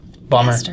bummer